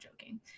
joking